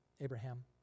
Abraham